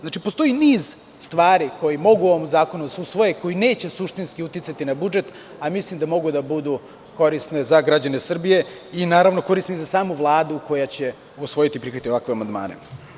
Znači, postoji niz stvari koji mogu u ovom zakonu da se usvoje koji neće suštinski uticati na budžet, a mislim da mogu da budu da budu korisne za građane Srbije i naravno korisne i za samu Vladu koja će usvojiti i prihvatiti ovakve amandmane.